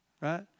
right